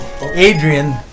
Adrian